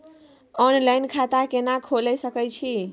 Online खाता केना खोले सकै छी?